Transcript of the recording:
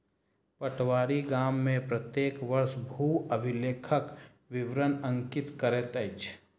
पटवारी गाम में प्रत्येक वर्ष भू अभिलेखक विवरण अंकित करैत अछि